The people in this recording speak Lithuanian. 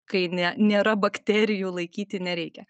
kai ne nėra bakterijų laikyti nereikia